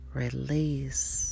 release